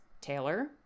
taylor